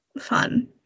fun